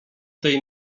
jej